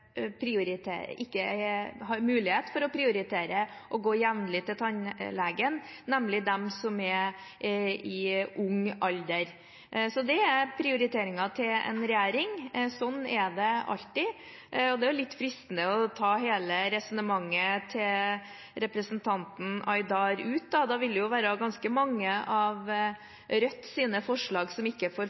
ikke har mulighet til å prioritere å gå jevnlig til tannlege, nemlig de som er unge. Det er en regjerings prioritering. Slik er det alltid. Det er litt fristende å ta resonnementet fra representanten Aydar helt ut. Da ville det være ganske mange av Rødts forslag som ikke får flertall i denne salen, som også er